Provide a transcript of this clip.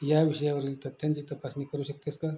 या विषयावरील तथ्यांची तपासणी करू शकतेस का